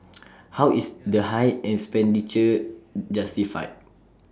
how is the high expenditure justified